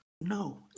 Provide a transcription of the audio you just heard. No